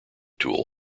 tool